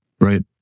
Right